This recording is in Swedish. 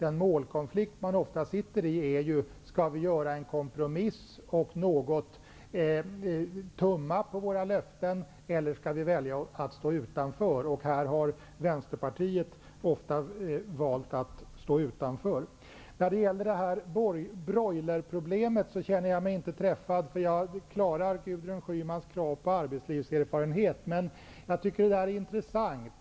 Vi politiker står ofta inför konflikten om vi skall göra en kompriss och därmed något tumma på våra löften eller om vi skall välja att stå utanför. I sådana situationer har Vänsterpartiet ofta valt att stå utanför. När det gäller broilerproblemet känner jag mig inte träffad, eftersom jag klarar Gudrun Schymans krav på arbetslivserfarenhet. Jag tycker emellertid att detta är intressant.